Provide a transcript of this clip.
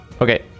Okay